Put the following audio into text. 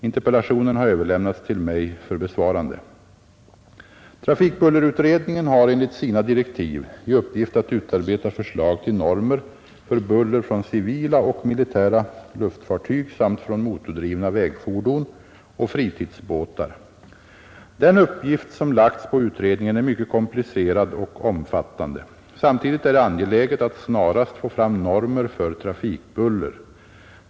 Interpellationen har överlämnats till mig för besvarande. Trafikbullerutredningen har enligt sina direktiv i uppgift att utarbeta förslag till normer för buller från civila och militära luftfartyg samt från motordrivna vägfordon och fritidsbåtar. Den uppgift som lagts på utredningen är mycket komplicerad och omfattande. Samtidigt är det angeläget att snarast få fram normer för trafikbuller.